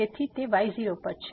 તેથી તે y0 પર છે